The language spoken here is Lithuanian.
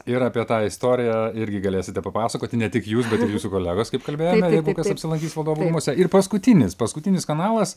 ir apie tą istoriją irgi galėsite papasakoti ne tik jūs bet ir jūsų kolegos kaip kalbėjome jeigu kas apsilankys valdovų rūmuose ir paskutinis paskutinis kanalas